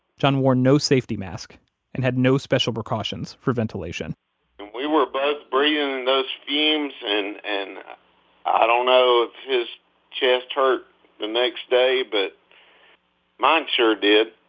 john wore no safety mask and had no special precautions for ventilation and we were both breathing in those fumes, and i don't know if his chest hurt the next day but mine sure did.